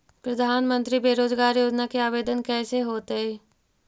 प्रधानमंत्री बेरोजगार योजना के आवेदन कैसे होतै?